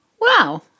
Wow